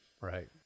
Right